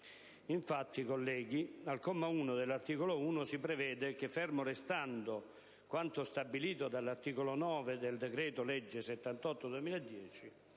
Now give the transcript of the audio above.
Infatti, colleghi, al comma 1 dell'articolo 1 si prevede che, fermo restando quanto stabilito dall'articolo 9 del decreto-legge n. 78